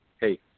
hey